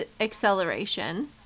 acceleration